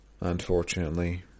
unfortunately